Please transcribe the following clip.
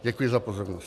Děkuji za pozornost.